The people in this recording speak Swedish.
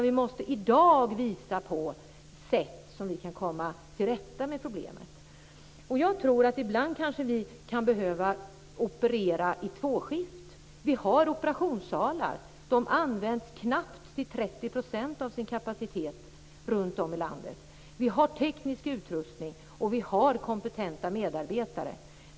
Vi måste visa på sätt att komma till rätta med problemet i dag. Jag tror att vi ibland kan behöva operera i tvåskift. Vi har operationssalar. De används till knappt 30 % av sin kapacitet runtom i landet. Vi har teknisk utrustning, och vi har kompetenta medarbetare.